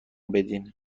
بدین